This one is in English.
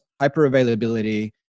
hyper-availability